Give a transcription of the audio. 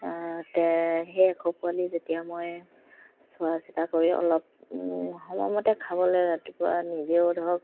তে সেই এশ পোৱালি যেতিয়া মই চোৱা চিতা কৰি অলপ সময়মতে খাবলে ৰাতিপুৱা নিজেও ধৰক